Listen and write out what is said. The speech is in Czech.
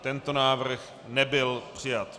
Tento návrh nebyl přijat.